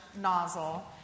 nozzle